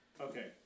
Okay